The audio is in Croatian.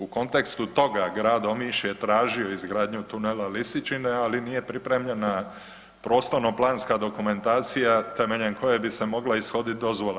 U kontekstu toga grad Omiš je tražio izgradnju tunela Lisičine, ali nije pripremljena prostorno-planska dokumentacija temeljem koje bi se mogla ishoditi dozvola.